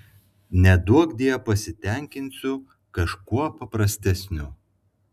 neduokdie pasitenkinsiu kažkuo paprastesniu